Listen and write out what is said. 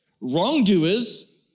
wrongdoers